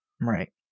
Right